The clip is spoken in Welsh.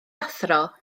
athro